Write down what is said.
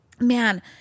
man